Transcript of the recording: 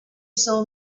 saw